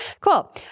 Cool